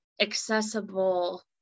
accessible